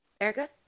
Erica